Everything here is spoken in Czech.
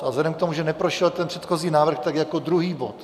Vzhledem k tomu, že neprošel ten předchozí návrh, tak jako druhý bod.